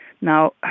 Now